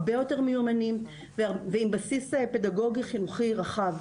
הרבה יותר מיומנים ועם בסיס פדגוגי חינוכי רחב.